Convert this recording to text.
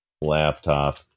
laptop